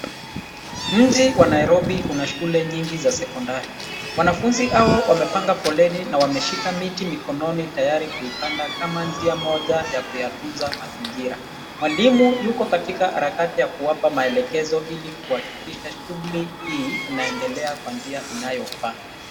Mji wa Nairobi una shule nyingi za sekondari. Wanagunzi hawa wamepanga foleni na wameshika miti mikononi tayari kuipanda kama njia moja ya kuyatunza mazingira. Mwalimu yuko katika harakati ya kuwapa maelekezo ili kuhakikisha shughuli hii inaendelea kwa njia inayofaa.